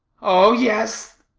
oh, yes.